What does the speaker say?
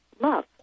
love